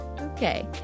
Okay